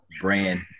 brand